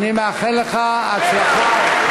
אני מאחל לך הצלחה,